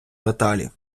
металів